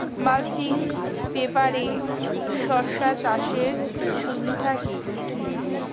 Mulching পেপারে শসা চাষের সুবিধা কি?